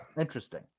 Interesting